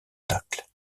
tacles